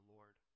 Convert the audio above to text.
Lord